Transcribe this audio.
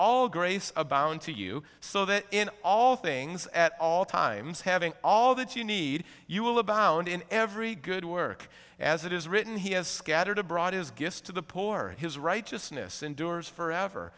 all grace abound to you so that in all things at all times having all that you need you will abound in every good work as it is written he has scattered abroad his gifts to the poor and his righteousness endures forever